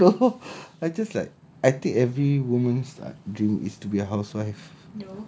I don't know I just like I take every woman ah dreams is to be a housewife